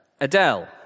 Adele